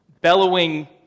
bellowing